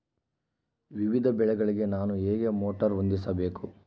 ವಿವಿಧ ಬೆಳೆಗಳಿಗೆ ನಾನು ಹೇಗೆ ಮೋಟಾರ್ ಹೊಂದಿಸಬೇಕು?